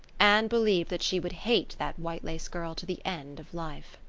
anne believed that she would hate that white-lace girl to the end of life.